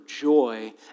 joy